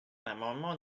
l’amendement